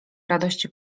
radości